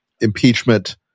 impeachment